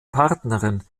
partnerin